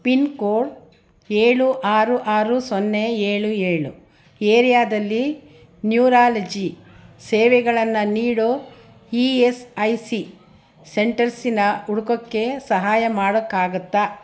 pin code ಏಳು ಆರು ಆರು ಸೊನ್ನೆ ಏಳು ಏಳು ಏರಿಯಾದಲ್ಲಿ ನ್ಯೂರಾಲಜಿ ಸೇವೆಗಳನ್ನು ನೀಡೋ ಇ ಎಸ್ ಐ ಸಿ ಸೆಂಟರ್ಸ್ನ ಹುಡುಕೋಕೆ ಸಹಾಯ ಮಾಡೋಕ್ಕಾಗುತ್ತಾ